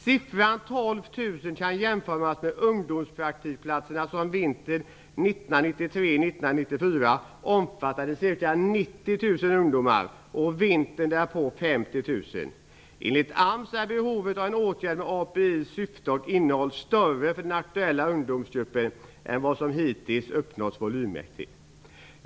Siffran 12 000 kan jämföras med ungdomspraktikplatserna som vintern 1993/94 omfattade ca AMS är behovet av en åtgärd med API:s syfte och innehåll större för den aktuella ungdomsgruppen än vad som hittills uppnåtts volymmässigt.